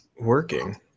working